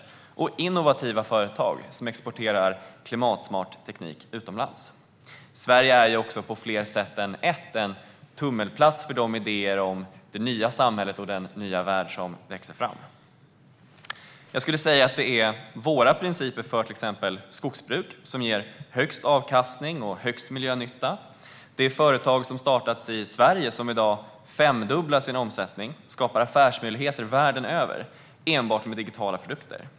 Det handlar också om innovativa företag som exporterar klimatsmart teknik utomlands. Sverige är på fler sätt än ett en tummelplats för idéer om det nya samhälle och den nya värld som växer fram. Det är våra principer för skogsbruk som ger högst avkastning och störst miljönytta. Det är de företag som startats i Sverige som i dag har femdubblat sin omsättning och skapar affärsmöjligheter världen över enbart med digitala produkter.